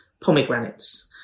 pomegranates